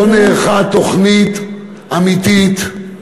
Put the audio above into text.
לא נערכה תוכנית אמיתית.